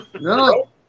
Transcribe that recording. No